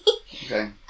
Okay